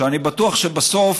שאני בטוח שבסוף